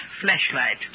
flashlight